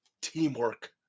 teamwork